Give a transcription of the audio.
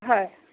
হয়